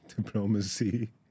Diplomacy